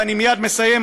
ואני מייד מסיים,